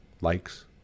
likes